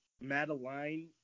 madeline